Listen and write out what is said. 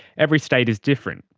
every state is different,